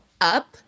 up